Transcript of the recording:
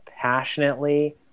passionately